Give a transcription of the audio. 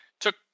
took